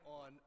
on